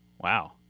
Wow